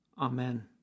Amen